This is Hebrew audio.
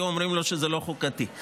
היו אומרים לו שזה לא חוקתי.